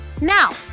Now